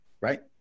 right